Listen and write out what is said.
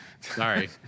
Sorry